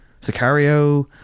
Sicario